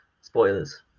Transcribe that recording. Spoilers